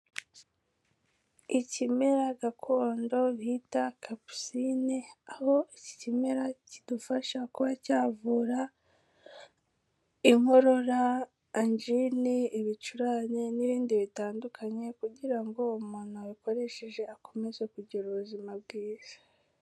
Ikimera gakondo bita kapusine, aho iki kimera kidufasha kuba cyavura inkorora, anjine, ibicurane n'ibindi bitandukanye kugira ngo umuntu wabikoresheje akomeze kugira ubuzima bwiza.